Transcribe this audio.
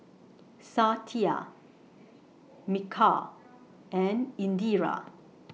Satya Milkha and Indira